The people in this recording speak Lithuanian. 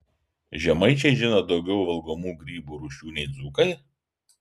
žemaičiai žino daugiau valgomų grybų rūšių nei dzūkai